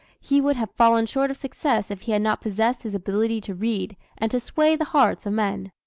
he would have fallen short of success if he had not possessed his ability to read and to sway the hearts of men.